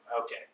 Okay